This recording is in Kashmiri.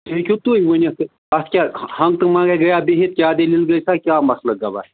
یہِ ہیٚکِو تُہۍ ؤنِتھ تہٕ اَتھ کیٛاہ ہَنٛگتہٕ مَنٛگَے گٔیا بِہِتھ کیٛاہ دٔلیٖل گٔے سا کیٛاہ مسلہٕ گوٚوُس